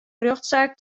rjochtsaak